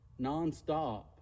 nonstop